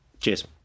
Cheers